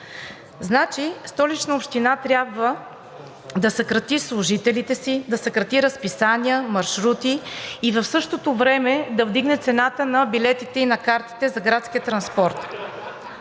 Значи Столична община трябва да съкрати служителите си, да съкрати разписания, маршрути и в същото време да вдигне цената на билетите и на картите за градския транспорт.